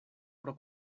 pro